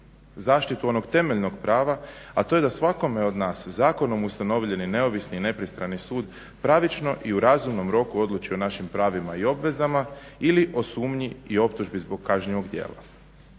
zaštitu onog temeljnog prava, a to je da svakome od nas zakonom ustanovljeni neovisni i nepristrani sud pravično i u razumnom roku odluči o našim pravima i obvezama ili o sumnji i optužbi zbog kažnjivog djela.